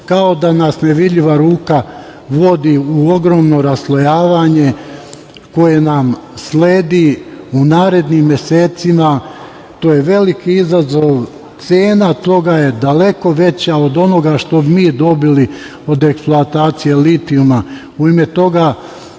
kao da nas nevidljiva ruka vodi u ogromno raslojavanje koje nam sledi u narednim mesecima, to je veliki izazov, cena toga je daleko veća od onoga što bismo mi dobili od eksploatacije litijuma u ime toga